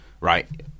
right